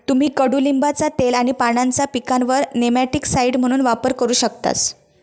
तुम्ही कडुलिंबाचा तेल आणि पानांचा पिकांवर नेमॅटिकसाइड म्हणून वापर करू शकतास